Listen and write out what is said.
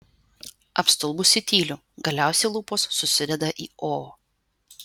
apstulbusi tyliu galiausiai lūpos susideda į o